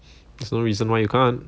there's no reason why you can't